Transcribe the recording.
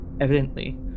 evidently